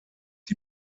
die